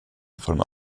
förrän